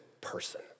person